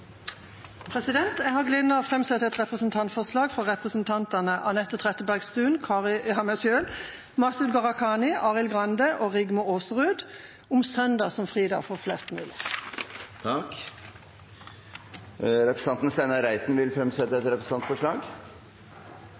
representantforslag. Jeg har gleden av å framsette et representantforslag fra representantene Anette Trettebergstuen, meg selv, Masud Gharakhani, Arild Grande og Rigmor Aasrud om søndag som fridag for flest mulig. Representanten Steinar Reiten vil fremsette et representantforslag.